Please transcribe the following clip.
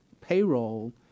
payroll